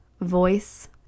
voice